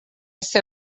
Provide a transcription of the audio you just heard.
ser